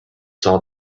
saw